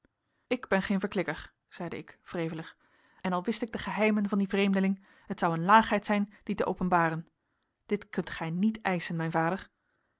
ik ben geen verklikker zeide ik wrevelig en al wist ik de geheimen van dien vreemdeling het zou een laagheid zijn die te openbaren dit kunt gij niet eischen mijn vader